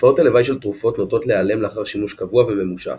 תופעות הלוואי של תרופות נוטות להיעלם לאחר שימוש קבוע וממושך,